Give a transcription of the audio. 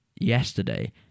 yesterday